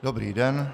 Dobrý den.